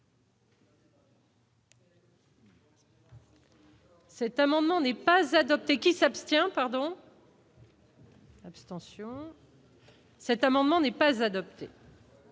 Cet amendement n'est pas adoptée qui s'abstient